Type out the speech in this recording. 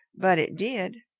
but it did.